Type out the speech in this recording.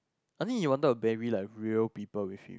I think you wanted the baby like real people with it